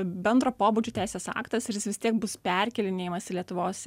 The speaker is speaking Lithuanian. bendro pobūdžio teisės aktas ir jis vis tiek bus perkėlinėjimas į lietuvos